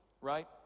right